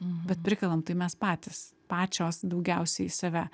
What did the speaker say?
bet prikalam tai mes patys pačios daugiausiai save